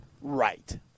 Right